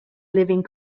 living